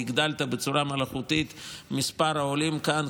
והגדלת בצורה מלאכותית את מספר העולים כאן,